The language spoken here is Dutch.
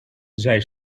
zij